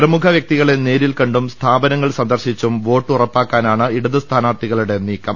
പ്രമുഖ വൃക്തികളെ നേരിൽകണ്ടും സ്ഥാപനങ്ങൾ സന്ദർശിച്ചും വോട്ട് ഉറപ്പാക്കാനാണ് ഇടത് സ്ഥാനാർത്ഥികളുടെ നീക്കം